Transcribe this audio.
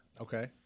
Okay